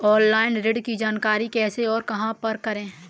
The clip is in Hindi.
ऑनलाइन ऋण की जानकारी कैसे और कहां पर करें?